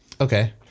Okay